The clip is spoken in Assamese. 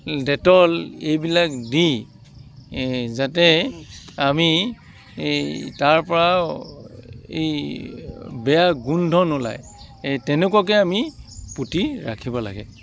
ডেটল এইবিলাক দি এই যাতে আমি এই তাৰপৰা এই বেয়া গোন্ধ নোলায় এই তেনেকুৱাকৈ আমি পুতি ৰাখিব লাগে